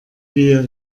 wir